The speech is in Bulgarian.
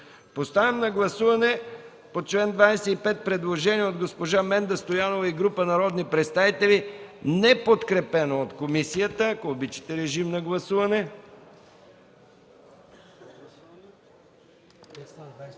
Поставям на гласуване по чл. 25 предложение от госпожа Менда Стоянова и група народни представители, неподкрепено от комисията. Моля, гласувайте.